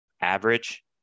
average